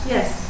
Yes